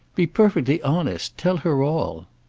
be perfectly honest. tell her all.